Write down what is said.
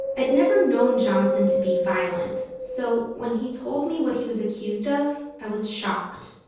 i'd never known jonathan to be violent so when he told me what he was accused of, i was shocked